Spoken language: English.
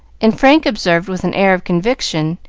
and frank observed with an air of conviction,